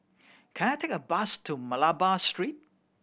can I take a bus to Malabar Street